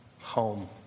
home